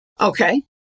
Okay